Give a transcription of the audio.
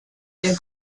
der